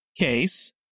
case